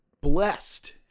blessed